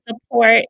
support